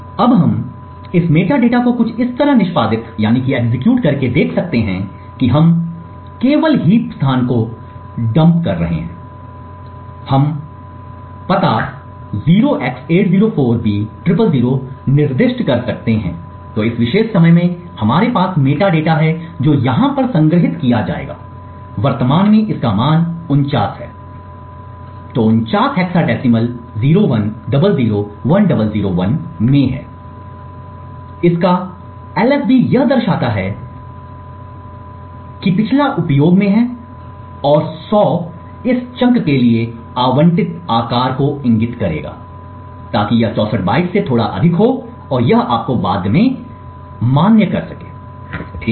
अब हम इस मेटाडेटा को कुछ इस तरह निष्पादित करके देख सकते हैं कि हम केवल हीप स्थान को डंप कर रहे हैं हम पता 0x804b000 निर्दिष्ट कर सकते हैं तो इस विशेष समय में हमारे पास मेटाडेटा है जो यहाँ पर संग्रहीत किया जाएगा वर्तमान में इसका मान 49 है तो 49 हेक्साडेसिमल 01001001 में है इसका LSB यह दर्शाता है कि पिछला उपयोग में है और 100 इस चंक के लिए आबंटित आकार को इंगित करेगा ताकि यह 64 बाइट्स से थोड़ा अधिक हो और यह आपको बाद में मान्य कर सके ठीक है